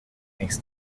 makes